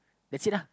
that's it lah